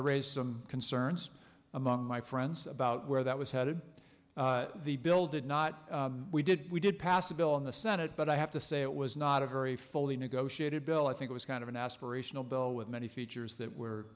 raised some concerns among my friends about where that was headed the bill did not we did we did pass a bill in the senate but i have to say it was not a very fully negotiated bill i think it was kind of an aspirational bill with many features that were